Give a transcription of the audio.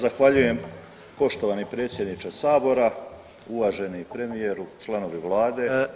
Zahvaljujem poštovani predsjedniče sabora, uvaženi premijeru, članovi vlade